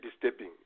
disturbing